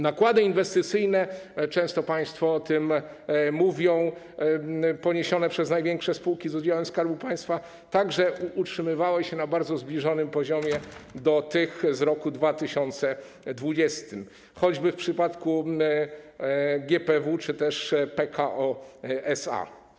Nakłady inwestycyjne - często państwo o tym mówią - poniesione przez największe spółki z udziałem Skarbu Państwa także utrzymywały się na poziomie bardzo zbliżonym do tych z roku 2020, choćby w przypadku GPW czy też PKO SA.